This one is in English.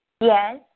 Yes